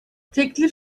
teklif